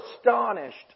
astonished